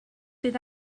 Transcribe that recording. bydd